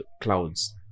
Clouds